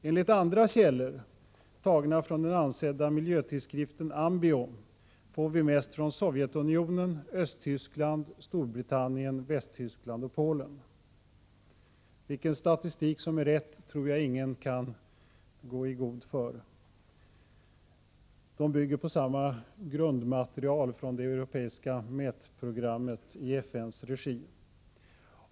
Enligt andra källor, tagna från den ansedda miljötidskriften Ambio, får vi mest från Sovjetunionen, Östtyskland, Storbritannien, Västtyskland och Polen. Vilken statistik som är riktig tror jag ingen kan gå i god för. De bygger på samma grundmaterial från det europeiska mätprogrammet i FN:s regi.